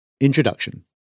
Introduction